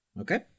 Okay